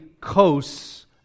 coasts